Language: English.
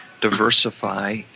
diversify